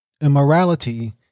immorality